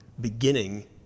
beginning